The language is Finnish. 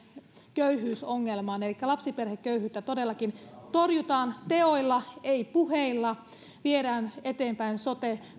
köyhyysongelmaan elikkä lapsiperheköyhyyttä todellakin torjutaan teoilla ei puheilla viedään eteenpäin sote